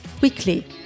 weekly